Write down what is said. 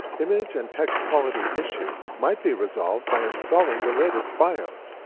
image and text quality issues might be resolved by installing the latest bios.